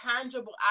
tangible